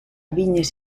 vinyes